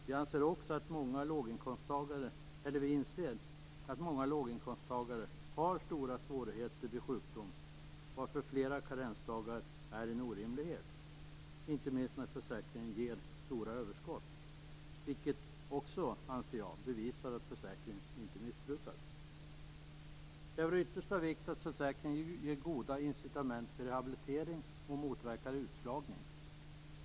Vi inser att många låginkomsttagare har stora svårigheter vid sjukdom, varför fler karensdagar är en orimlighet - inte minst när försäkringen ger stora överskott. Det visar också, anser jag, att försäkringen inte missbrukas. Det är av yttersta vikt att försäkringen ger goda incitament till rehabilitering och motverkar utslagning.